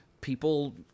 people